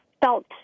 felt